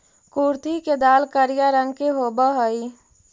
कुर्थी के दाल करिया रंग के होब हई